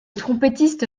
trompettiste